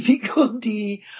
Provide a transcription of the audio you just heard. difficulty